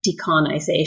decolonization